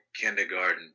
kindergarten